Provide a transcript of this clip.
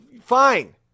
fine